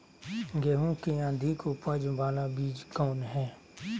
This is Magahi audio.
गेंहू की अधिक उपज बाला बीज कौन हैं?